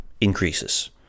increases